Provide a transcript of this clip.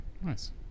nice